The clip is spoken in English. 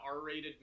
r-rated